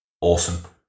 awesome